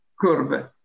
curve